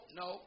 no